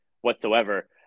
whatsoever